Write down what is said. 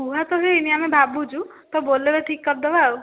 କୁହା ତ ହୋଇନି ଆମେ ଭାବୁଛୁ ତ ବୋଲେରୋ ଠିକ୍ କରିଦେବା ଆଉ